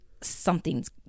Something's